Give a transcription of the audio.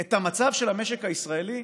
את המצב של המשק הישראלי?